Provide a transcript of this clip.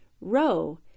row